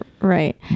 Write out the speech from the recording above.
Right